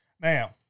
Now